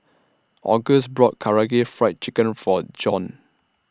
Auguste brought Karaage Fried Chicken For Dijon